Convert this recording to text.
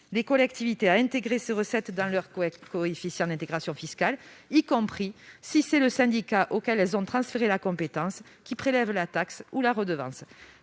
les collectivités à intégrer ces recettes dans leur coefficient d'intégration fiscale, y compris si c'est le syndicat auquel elles ont transféré la compétence qui prélève la taxe ou la redevance.